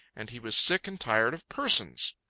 and he was sick and tired of persons.